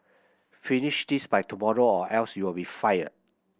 finish this by tomorrow or else you'll be fired